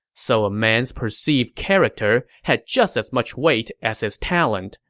so a man's perceived character had just as much weight as his talent,